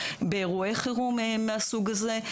באירועי חירום מהסוג הזה,